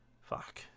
Fuck